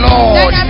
Lord